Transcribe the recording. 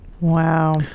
wow